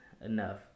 enough